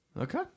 Okay